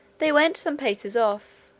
they went some paces off,